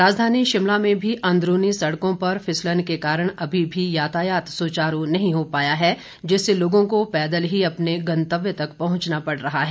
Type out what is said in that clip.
राजधानी शिमला में भी अन्दरूनी सड़कों पर फिसलने के कारण अभी भी यातायात सुचारू नहीं हो पाया है और लोगों को पैदल ही अपने गंतव्य तक पहंचना पड़ रहा है